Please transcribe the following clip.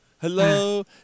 Hello